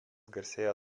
garsėja